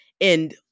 and-